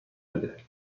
بده